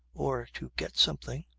or to get something.